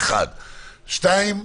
שנית,